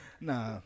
Nah